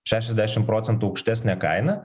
šešiasdešim procentų aukštesne kaina